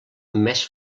més